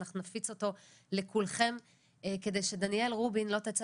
אנחנו נפיץ אותו לכולכם כדי שדניאל רובין לא תצא